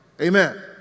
Amen